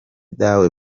dawe